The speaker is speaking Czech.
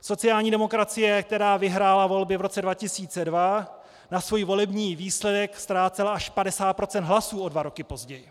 Sociální demokracie, která vyhrála volby v roce 2002, na svůj volební výsledek ztrácela až 50 % hlasů o dva roky později.